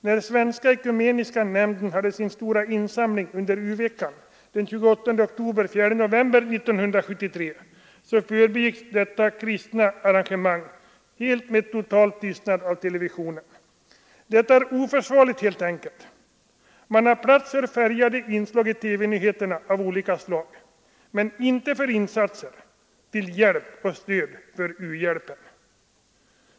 När Svenska ekumeniska nämnden hade sin stora insamling under u-veckan 28 oktober—4 november 1973 förbigicks detta kristna arrangemang med total tystnad av TV. Detta är helt enkelt oförsvarligt. Man har plats för ”färgade” inslag av olika slag i TV-nyheterna men inte för insatser till hjälp och stöd för u-hjälpen.